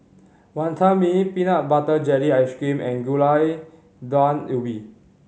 Wonton Mee peanut butter jelly ice cream and Gulai Daun Ubi